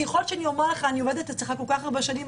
יכול להיות שאני אומר לך שאני עובדת אצלך כל כך הרבה שנים,